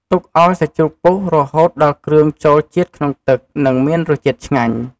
ទុកឱ្យសាច់ជ្រូកពុះរហូតដល់គ្រឿងចូលជាតិក្នុងទឹក និងមានរសជាតិឆ្ងាញ់។